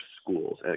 schools